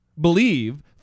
believe